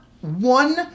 one